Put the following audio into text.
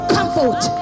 Comfort